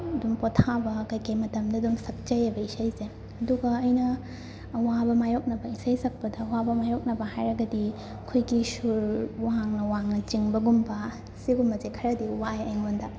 ꯑꯗꯨꯝ ꯄꯣꯊꯥꯕ ꯀꯩ ꯀꯩ ꯃꯇꯝꯗ ꯑꯗꯨꯝ ꯁꯛꯆꯩꯌꯦꯕ ꯏꯁꯩꯁꯦ ꯑꯗꯨꯒ ꯑꯩꯅ ꯑꯋꯥꯕ ꯃꯥꯏꯌꯣꯛꯅꯕ ꯏꯁꯩ ꯁꯛꯄꯗ ꯑꯋꯥꯕ ꯃꯥꯏꯌꯣꯛꯅꯕ ꯍꯥꯏꯔꯒꯗꯤ ꯑꯩꯈꯣꯏꯒꯤ ꯁꯨꯔ ꯋꯥꯡꯅ ꯋꯥꯡꯅ ꯆꯤꯡꯕꯒꯨꯝꯕ ꯁꯤꯒꯨꯝꯕꯁꯦ ꯈꯔꯗꯤ ꯋꯥꯏ ꯑꯩꯉꯣꯟꯗ